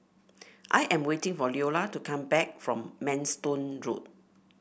I am waiting for Leola to come back from Manston Road